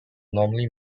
normally